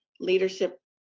leadership